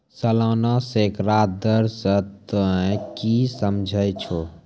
सलाना सैकड़ा दर से तोंय की समझै छौं